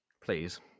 Please